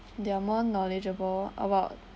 they are more knowledgeable about